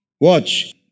Watch